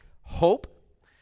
Hope